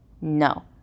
no